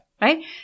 Right